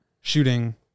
shooting